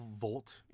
volt